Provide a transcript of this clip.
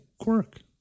quirk